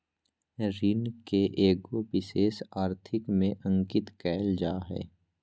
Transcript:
ऋण के एगो विशेष आर्थिक में अंकित कइल जा हइ